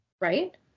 Right